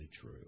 true